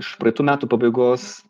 iš praeitų metų pabaigos